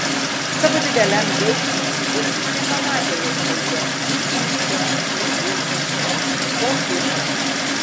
savo dideliam džiaugsmui gaučys nepamatė jos veide nei pykčio nei išgąsčio nei ko kito